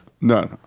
No